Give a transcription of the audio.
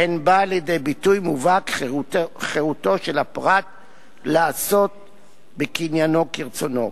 שבהן באה לידי ביטוי מובהק חירותו של הפרט לעשות בקניינו כרצונו.